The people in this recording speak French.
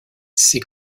ses